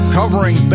covering